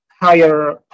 higher